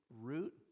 root